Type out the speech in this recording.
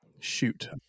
Shoot